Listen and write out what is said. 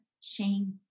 shame